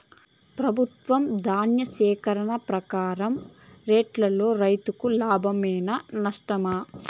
ప్రభుత్వం ధాన్య సేకరణ ప్రకారం రేటులో రైతుకు లాభమేనా నష్టమా?